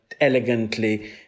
elegantly